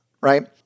right